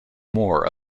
more